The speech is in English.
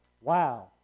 Wow